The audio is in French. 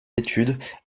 études